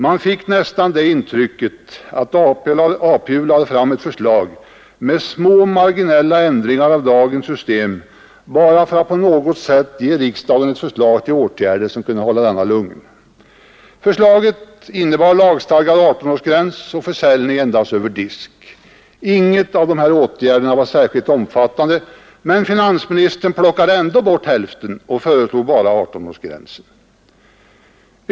Man fick nästan det intrycket att APU lade fram ett förslag med små marginella ändringar av dagens system bara för att på något sätt ge riksdagen ett förslag till åtgärder som kunde hålla den lugn. Förslaget innebär lagstadgad 18-årsgräns och försäljning endast över disk. Ingen av de föreslagna åtgärderna var särskilt omfattande, men finansministern plockade ändå bort hälften och föreslog bara 18-årsgränsen.